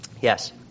yes